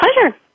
pleasure